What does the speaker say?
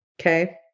Okay